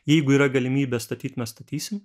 jeigu yra galimybė statyt mes statysim